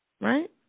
Right